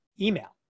email